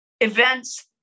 events